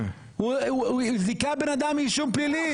הוא זיכה בן אדם מאישום פלילי,